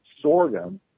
sorghum